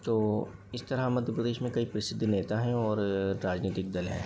तो इस तरह मध्य प्रदेश में कई प्रसिद्ध नेता हैं और राजनीतिक दल हैं